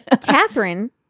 Catherine